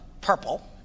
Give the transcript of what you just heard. purple